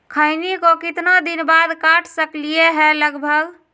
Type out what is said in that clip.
खैनी को कितना दिन बाद काट सकलिये है लगभग?